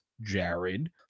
Jared